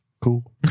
cool